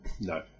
No